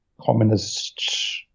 communist